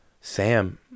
Sam